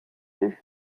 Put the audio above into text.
deux